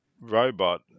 robot